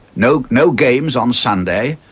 no no games on sunday,